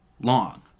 long